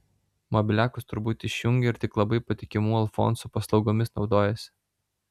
mobiliakus tur būt išjungia ir tik labai patikimų alfonsų paslaugomis naudojasi